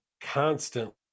constantly